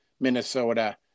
Minnesota